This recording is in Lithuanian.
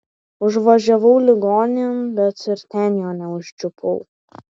užvažiavau ligoninėn bet ir ten jo neužčiupau